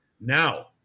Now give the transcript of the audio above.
Now